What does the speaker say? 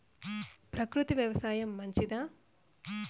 ప్రకృతి వ్యవసాయం మంచిదా?